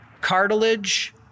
cartilage